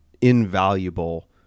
invaluable